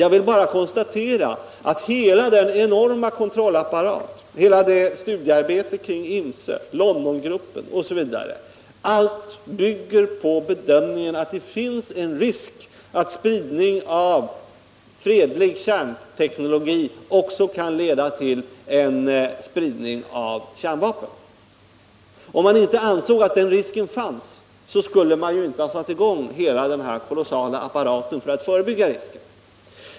Jag vill bara konstatera att hela den enorma kontrollapparaten, hela studiearbetet kring INFCE, Londongruppen osv. bygger på bedömningen att det finns en risk för att spridning av fredlig kärnteknologi också kan leda till spridning av kärnvapen. Om man inte ansåg att den risken fanns skulle man inte ha satt i gång hela den här kolossala apparaten för att förebygga risken.